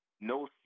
No